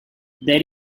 there